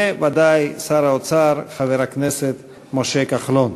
וודאי שר האוצר חבר הכנסת משה כחלון.